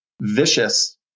vicious